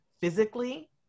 physically